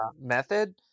method